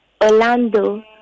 Orlando